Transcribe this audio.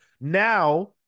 Now